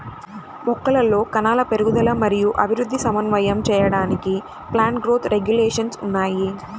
మొక్కలలో కణాల పెరుగుదల మరియు అభివృద్ధిని సమన్వయం చేయడానికి ప్లాంట్ గ్రోత్ రెగ్యులేషన్స్ ఉన్నాయి